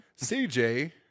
CJ